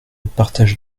partage